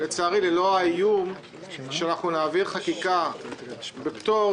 ללא האיום שאנחנו נעביר חקיקה בפטור,